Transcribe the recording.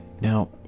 now